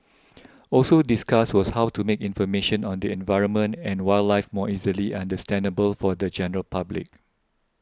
also discussed was how to make information on the environment and wildlife more easily understandable for the general public